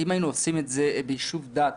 אם היינו עושים את זה ביישוב דעת,